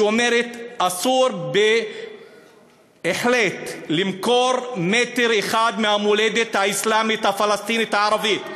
שאומרת: אסור בהחלט למכור מטר אחד מהמולדת האסלאמית הפלסטינית הערבית.